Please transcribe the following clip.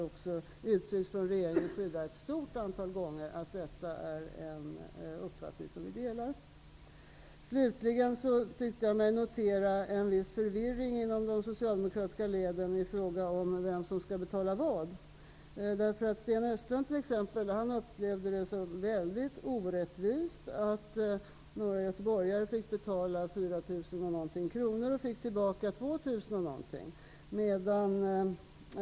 Det har från regeringens sida uttryckts ett stort antal gånger att vi delar den uppfattningen. Slutligen tyckte jag mig notera en viss förvirring inom de socialdemokratiska leden beträffande vem som skall betala vad. Sten Östlund upplevde det t.ex. som mycket orättvist att några göteborgare fick betala ungefär 4 000 kr medan de fick tillbaka ungefär 2 000 kr.